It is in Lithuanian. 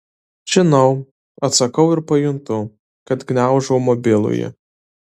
žinau atsakau ir pajuntu kad gniaužau mobilųjį